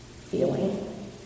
feeling